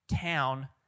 town